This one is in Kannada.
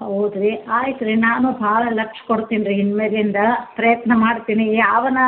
ಹೌದು ರೀ ಆಯಿತು ರೀ ನಾನು ಭಾಳ ಲಕ್ಷ್ಯ ಕೊಡ್ತೀನಿ ರೀ ಇನ್ನು ಮೇಲಿಂದ ಪ್ರಯತ್ನ ಮಾಡ್ತೀನಿ ಅವನು